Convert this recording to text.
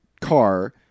car